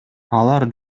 алар